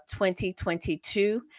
2022